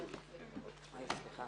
הישיבה